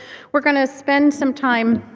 we're going to spend some time